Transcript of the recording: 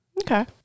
okay